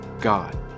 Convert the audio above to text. God